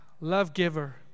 love-giver